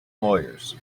lawyers